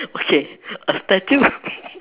okay a statue